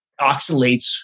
Oxalates